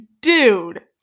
dude